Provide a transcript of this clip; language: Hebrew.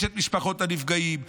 יש את משפחות הנפגעים,